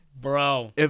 bro